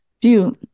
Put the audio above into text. view